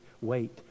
wait